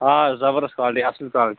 آ زبردست کالٹی اَصٕل کالٹی